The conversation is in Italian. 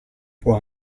può